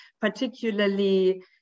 particularly